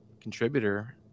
contributor